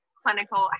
clinical